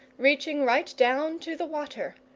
reaching right down to the water.